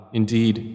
indeed